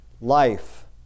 life